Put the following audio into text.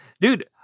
Dude